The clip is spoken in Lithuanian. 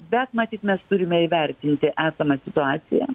bet matyt mes turime įvertinti esamą situaciją